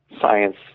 science